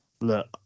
look